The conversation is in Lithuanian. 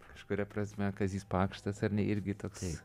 kažkuria prasme kazys pakštas ar ne irgi toks